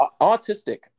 autistic